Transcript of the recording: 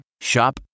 Shop